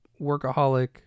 workaholic